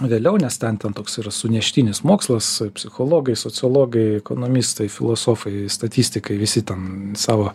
vėliau nes ten ten toks yra suneštinis mokslas psichologai sociologai ekonomistai filosofai statistikai visi ten savo